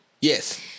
Yes